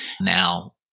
Now